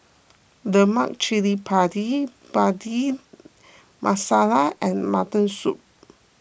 Lemak Cili Padi Bhindi Masala and Mutton Soup